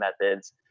methods